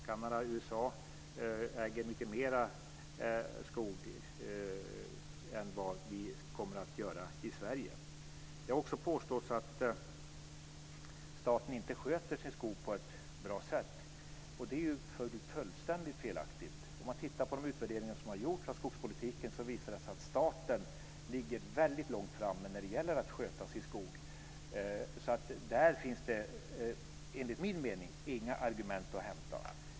Kanada och USA äger mycket mer skog än vad Sverige kommer att göra. Det har också påståtts att staten inte sköter sin skog på ett bra sätt. Det är fullständigt felaktigt. Om man tittar på de utvärderingar som har gjorts av skogspolitiken så visar det sig att staten ligger väldigt långt framme när det gäller att sköta sin skog. Där finns det alltså enligt min mening inga argument att hämta.